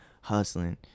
hustling